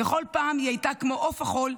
ובכל פעם היא הייתה כמו עוף החול,